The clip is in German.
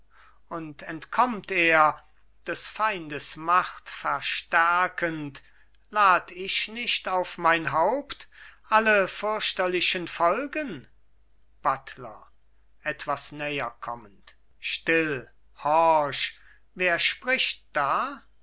und entkommt er des feindes macht verstärkend lad ich nicht auf mein haupt alle fürchterlichen folgen buttler etwas näherkommend still horch wer spricht da